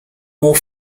more